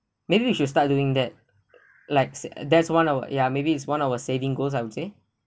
maybe we should start doing that likes there's one of ya maybe it's one of our saving goals I would say